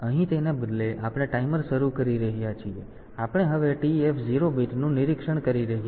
તેથી અહીં તેના બદલે આપણે ટાઈમર શરૂ કરી રહ્યા છીએ અને આપણે હવે TF0 બીટનું નિરીક્ષણ કરી રહ્યા છીએ